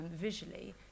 visually